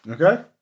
Okay